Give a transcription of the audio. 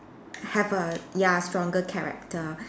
have a ya stronger character